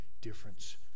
difference